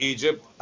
Egypt